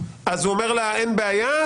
הוא אומר לה: אין בעיה,